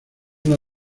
una